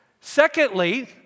Secondly